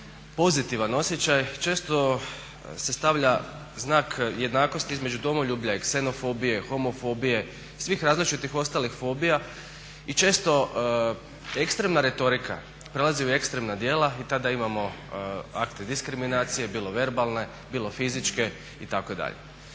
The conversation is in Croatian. pozitivan osjećaj često se stavlja znak jednakosti između domoljublja i ksenofobije, homofobije, svi različitih ostalih fobija i često ekstremna retorika prelazi u ekstremna djela i tada imamo akte diskriminacije, bilo verbalne, bilo fizičke itd.